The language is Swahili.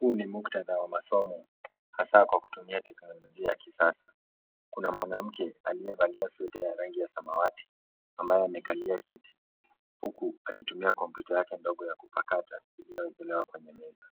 Huu ni muktadha wa masomo hasa kwa kutumia teknolojia ya kisasa. Kuna mwanamke aliyevalia sweta ya rangi ya samawati ambaye amekalia kiti huku akitumia kompyuta yake ndogo ya kupakata iliyowekelewa kwenye meza.